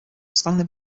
stanley